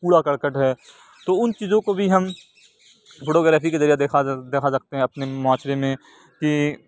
کوڑا کڑکٹ ہے تو ان چیزوں کو بھی ہم فوٹو گرافی کے ذریعہ دیکھا دیکھا جا سکتے ہیں اپنے معاشرے میں کہ